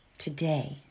Today